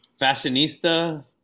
Fashionista